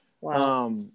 Wow